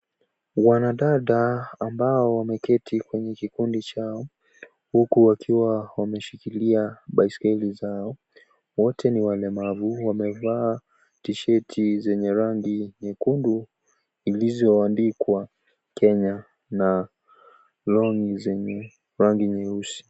Wanadada ambao wameketi kwenye kikundi chao huku wakiwa wameshikilia baiskeli zao. Wote ni walemavu wamevaa tisheti yenye rangi nyekundu zilizoandikwa Kenya na longi zenye rangi nyeusi.